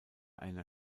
einer